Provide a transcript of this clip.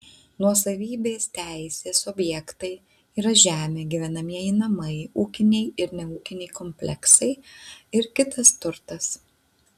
nuosavybės teisės objektai yra žemė gyvenamieji namai ūkiniai ir neūkiniai kompleksai ir kitas turtas